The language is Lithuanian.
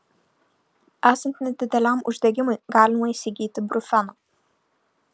esant nedideliam uždegimui galima įsigyti brufeno